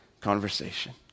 conversation